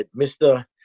Mr